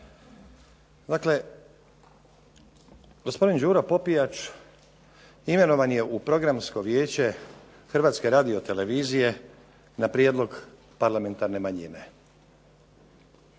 Dakle, gospodin Đuro Popijač imenovan je u Programsko vijeće Hrvatske radiotelevizije na prijedlog parlamentarne manjine,